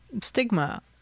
stigma